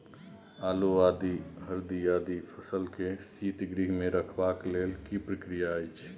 आलू, आदि, हरदी आदि फसल के शीतगृह मे रखबाक लेल की प्रक्रिया अछि?